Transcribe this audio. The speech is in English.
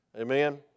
Amen